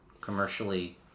commercially